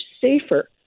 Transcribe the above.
safer